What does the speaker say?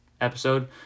episode